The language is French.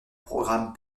programme